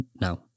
no